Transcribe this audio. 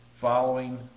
following